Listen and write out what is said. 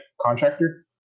contractor